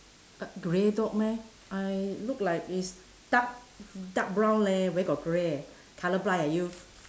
uh grey dot meh I look like is dark dark brown leh where got grey colour blind ah you